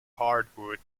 hardwood